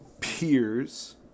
Peers